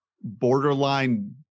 borderline